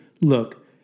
Look